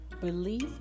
Belief